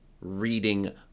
Reading